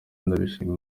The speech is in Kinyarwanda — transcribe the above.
ndashima